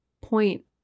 point